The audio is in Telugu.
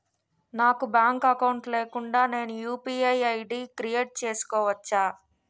నాకు బ్యాంక్ అకౌంట్ లేకుండా నేను యు.పి.ఐ ఐ.డి క్రియేట్ చేసుకోవచ్చా?